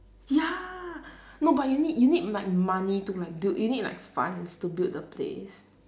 ya no but you need you need like money to like build you need like funds to build the place